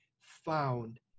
found